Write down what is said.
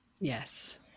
Yes